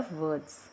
words